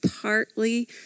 partly